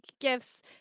gifts